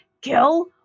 kill